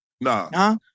Nah